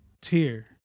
tier